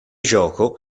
gioco